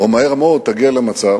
או מהר מאוד, תגיע למצב